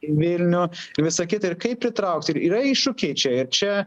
į vilnių visa kita ir kaip pritraukt ir yra iššūkiai čia ir čia